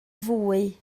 fwy